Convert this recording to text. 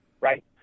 right